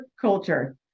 culture